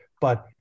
but-